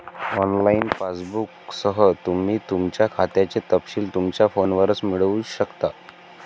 online पासबुकसह, तुम्ही तुमच्या खात्याचे तपशील तुमच्या फोनवरच मिळवू शकता